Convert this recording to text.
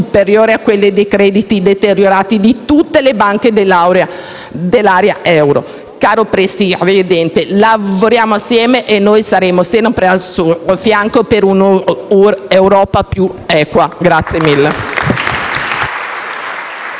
a quello dei crediti deteriorati di tutte le banche dell'area dell'euro. Caro Presidente, lavoriamo insieme e noi saremo sempre al suo fianco per una Europa più equa. *(Applausi